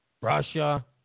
Russia